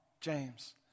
James